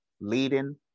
leading